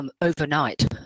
Overnight